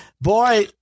Boy